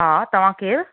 हा तव्हां केरु